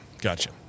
Gotcha